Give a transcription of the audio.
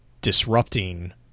disrupting